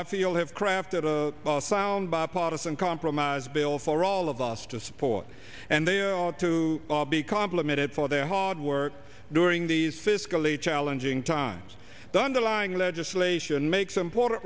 i feel have crafted a sound bipartisan compromise bill for all of us to support and they ought to be complimented for their hard work during these fiscally challenging times the underlying legislation makes import